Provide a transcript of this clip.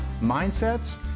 mindsets